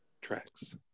tracks